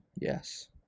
yes